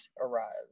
arrived